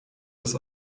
des